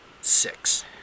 six